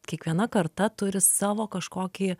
kiekviena karta turi savo kažkokį